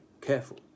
careful